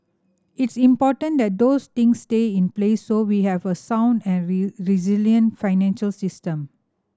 it's important that those things stay in place so we have a sound and resilient financial system